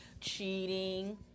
cheating